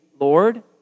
Lord